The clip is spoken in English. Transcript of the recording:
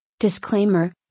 Disclaimer